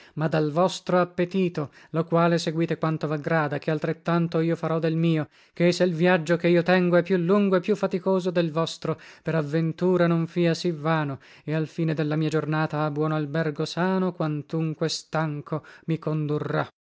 ma dal vostro appetito lo quale seguite quanto vaggrada che altrettanto io farò del mio ché se l viaggio che io tengo è più lungo e più faticoso del vostro per avventura non fia sì vano e al fine della mia giornata a buono albergo sano quantunque stanco mi condurrà